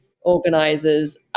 organizers